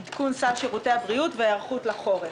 עדכון סל שירותי הבריאות וההיערכות לחורף.